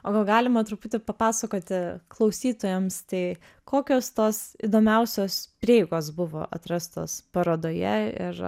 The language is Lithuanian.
o gal galima truputį papasakoti klausytojams tai kokios tos įdomiausios prieigos buvo atrastos parodoje ir